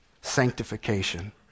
Sanctification